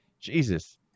Jesus